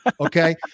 Okay